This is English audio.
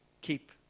keep